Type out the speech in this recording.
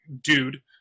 dude